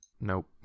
Nope